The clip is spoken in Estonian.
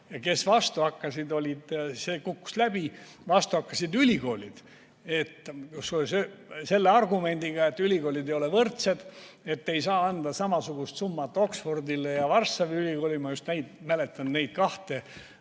Kes vastu hakkas, see kukkus läbi. Vastu hakkasid ülikoolid selle argumendiga, et ülikoolid ei ole võrdsed. Ei saa anda samasugust summat Oxfordi ja Varssavi ülikoolile – ma mäletan neid kahte